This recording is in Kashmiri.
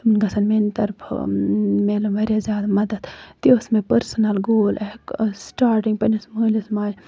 تِم گژھن میانہِ طرفہٕ اۭں میلُن واریاہ زیادٕ مدد تہِ اوس مےٚ پٔرسٕنَل گول سٹارٹِنگ پَنٕنِس مالِس ماجہِ